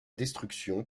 destruction